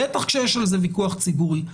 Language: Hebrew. בטח כשיש על זה ויכוח ציבורי.